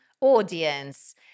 audience